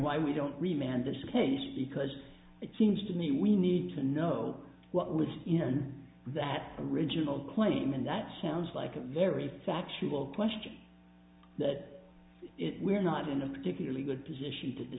why we don't remain and that's the case because it seems to me we need to know what was in that original claim and that sounds like a very factual question that we're not in a particularly good position to